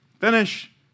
Finish